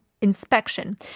Inspection